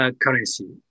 currency